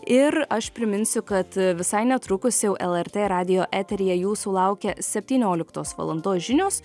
ir aš priminsiu kad visai netrukus jau lrt radijo eteryje jūsų laukia septynioliktos valandos žinios